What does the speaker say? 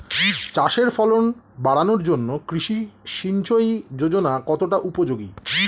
চাষের ফলন বাড়ানোর জন্য কৃষি সিঞ্চয়ী যোজনা কতটা উপযোগী?